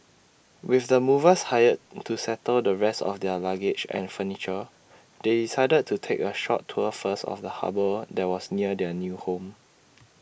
with the movers hired to settle the rest of their luggage and furniture they decided to take A short tour first of the harbour that was near their new home